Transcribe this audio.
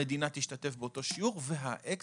המדינה תשתתף באותו שיעור והאקסטרה,